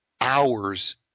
hours